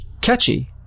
catchy